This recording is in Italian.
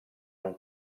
non